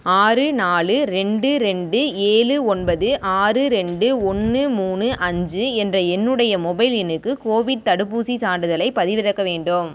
ஆறு நாலு ரெண்டு ரெண்டு ஏழு ஒன்பது ஆறு ரெண்டு ஒன்று மூணு அஞ்சு என்ற என்னுடைய மொபைல் எண்ணுக்கு கோவிட் தடுப்பூசிச் சான்றிதழைப் பதிவிறக்க வேண்டும்